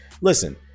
Listen